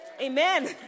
Amen